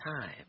time